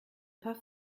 pas